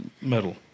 metal